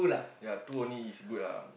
ya two only is good ah